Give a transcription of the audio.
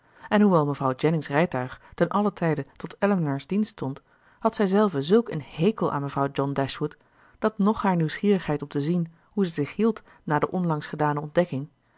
en hoewel mevrouw jennings rijtuig ten allen tijde tot elinor's dienst stond had zijzelve zulk een hekel aan mevrouw john dashwood dat noch haar nieuwsgierigheid om te zien hoe zij zich hield na de onlangs gedane ontdekking